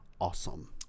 awesome